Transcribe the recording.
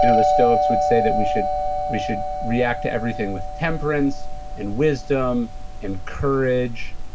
you know the stoics would say that we should we should react to everything with temperance and wisdom and courage,